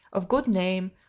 of good name,